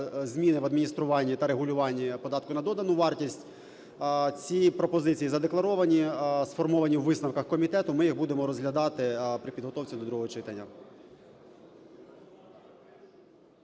зміни в адмініструванні та регулюванні податку на додану вартість. Ці пропозиції задекларовані, сформовані у висновках комітету, ми їх будемо розглядати при підготовці до другого читання.